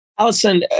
Allison